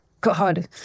God